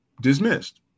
dismissed